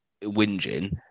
whinging